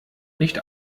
nicht